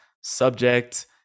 subject